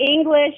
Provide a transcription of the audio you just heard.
English